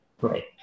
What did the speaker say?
Right